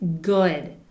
good